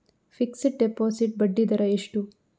Fixed deposit ಬಡ್ಡಿ ದರ ಎಷ್ಟು?